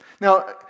now